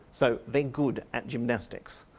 so they're good at gymnastics.